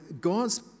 God's